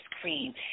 cream